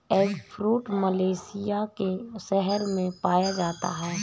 eggfruit Malaysia के शहरों में पाया जाता है